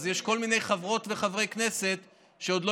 אז יש כל מיני חברות וחברי כנסת שעוד לא